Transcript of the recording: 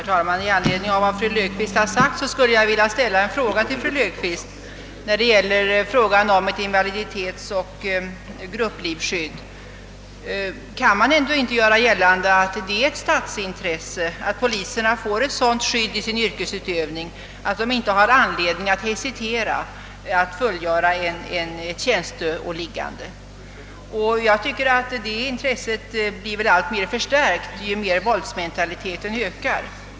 Herr talman! I anledning av vad fru Löfqvist sade skulle jag vilja ställa en fråga till fru Löfqvist när det gäller ett invaliditetsoch grupplivskydd för poliser. Kan man ändå inte göra gällande, att det är ett statsintresse att poliserna får ett sådant skydd i sin yrkesutövning att de inte har anledning att hesitera när det gäller att fullgöra ett tjänsteåliggande? Jag tycker att detta statsintresse blir alltmer förstärkt, ju mer våldsmentaliteten ökar.